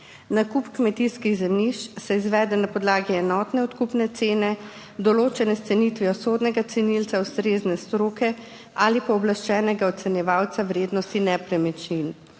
Nakup kmetijskih zemljišč se izvede na podlagi enotne odkupne cene, določene s cenitvijo sodnega cenilca, ustrezne stroke ali pooblaščenega ocenjevalca vrednosti nepremičnin.